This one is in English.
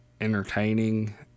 entertaining